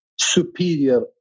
superior